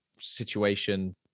situation